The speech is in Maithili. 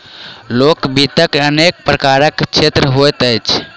लोक वित्तक अनेक प्रकारक क्षेत्र होइत अछि